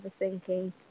overthinking